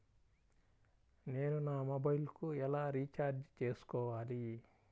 నేను నా మొబైల్కు ఎలా రీఛార్జ్ చేసుకోవాలి?